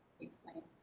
Explain